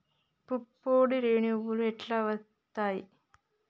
పుప్పొడి రేణువులు ఎట్లా వత్తయ్?